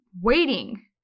waiting